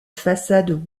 façade